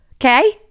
Okay